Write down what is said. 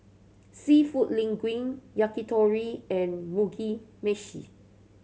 Seafood Linguine Yakitori and Mugi Meshi